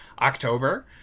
October